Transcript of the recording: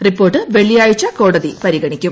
report നാളെ വെള്ളിയാഴ്ച കോടതി പരിഗണിക്കും